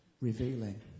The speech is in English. revealing